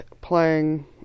playing